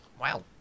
wow